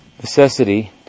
necessity